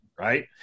right